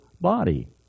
body